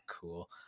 cool